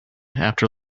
after